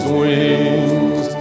wings